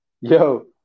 Yo